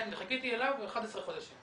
כן, וחיכיתי לו 11 חודשים.